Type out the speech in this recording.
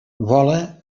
vola